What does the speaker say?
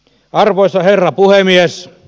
arvoisa herra puhemies